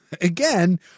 Again